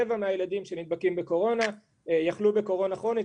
רבע מהילדים שנדבקים בקורונה יחלו בקורונה כרונית.